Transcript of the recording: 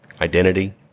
identity